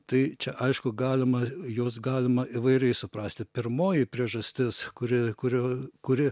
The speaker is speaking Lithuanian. tai čia aišku galima juos galima įvairiai suprasti pirmoji priežastis kuri kurio kuri